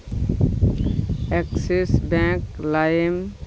axis bank lime